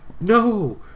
no